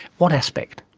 what aspect?